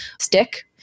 stick